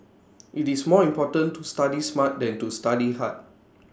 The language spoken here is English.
IT is more important to study smart than to study hard